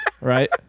right